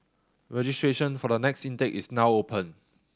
registration for the next intake is now open